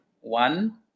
One